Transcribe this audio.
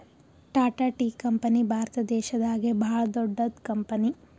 Tata tea company Bharat ದೇಶದಾಗೆ ಭಾಳ್ ದೊಡ್ಡದ್ ಕಂಪನಿ